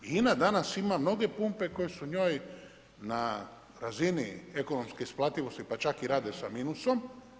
I INA danas ima mnoge pumpe koje su njoj na razini ekonomske isplativosti, pa čak i rade sa minusom.